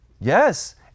Yes